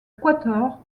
quatuor